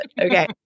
Okay